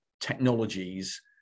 technologies